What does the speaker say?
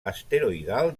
asteroidal